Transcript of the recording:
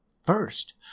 first